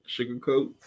sugarcoat